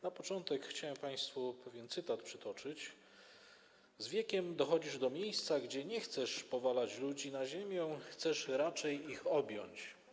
Na początek chciałem państwu pewien cytat przytoczyć: Z wiekiem dochodzisz do miejsca, gdzie nie chcesz powalać ludzi na ziemię, chcesz raczej ich objąć.